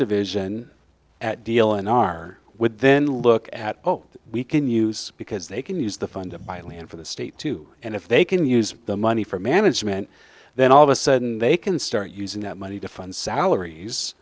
division at dealing are with then look at zero we can use because they can use the phone to buy land for the state too and if they can use the money for management then all of a sudden they can start using that money to fund salaries